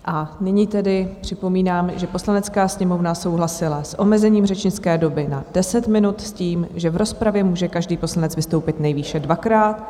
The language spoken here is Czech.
A nyní tedy připomínám, že Poslanecká sněmovna souhlasila s omezením řečnické doby na 10 minut s tím, že v rozpravě může každý poslanec vystoupit nejvýše dvakrát.